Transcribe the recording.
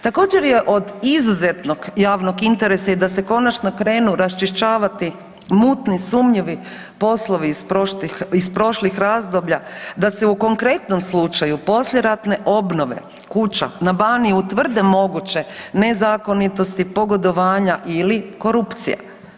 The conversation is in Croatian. Također je od izuzetnog javnog interesa i da se konačno krenu raščišćavati mutni i sumnjivi poslovi iz prošlih razdoblja, da se u konkretnom slučaju poslijeratne obnove kuća na Baniji utvrde moguće nezakonitosti, pogodovanja ili korupcija.